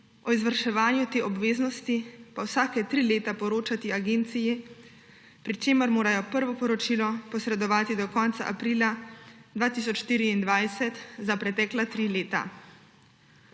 o izvrševanju te obveznosti pa vsake tri leta poročati agenciji, pri čemer morajo prvo poročilo posredovati do konca aprila 2024 za pretekla tri leta.